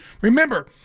remember